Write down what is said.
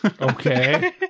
Okay